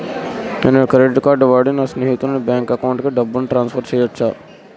నేను credit card వాడి నా స్నేహితుని బ్యాంక్ అకౌంట్ కి డబ్బును ట్రాన్సఫర్ చేయచ్చా?